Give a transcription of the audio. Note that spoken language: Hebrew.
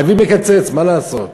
חייבים לקצץ, מה לעשות?